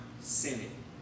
sinning